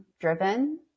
driven